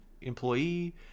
employee